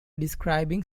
describing